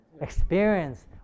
experience